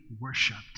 worshipped